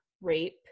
rape